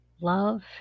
love